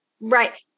right